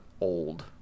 old